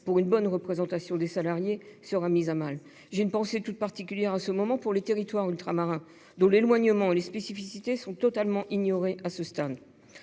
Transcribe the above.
pour une bonne représentation des salariés, sera mise à mal. J'ai une pensée toute particulière pour les territoires ultramarins, dont l'éloignement et les spécificités sont totalement ignorés à ce stade.